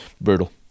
brutal